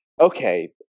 Okay